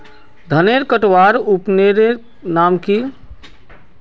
धानेर कटवार उपकरनेर नाम की?